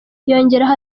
yongeraho